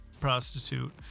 prostitute